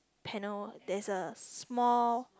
panel there's a small